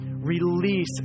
release